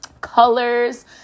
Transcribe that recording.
Colors